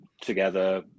Together